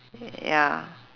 ya